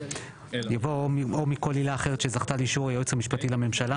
יבוא 'או מכל עילה אחרת שזכתה לאישור היועץ המשפטי לממשלה'.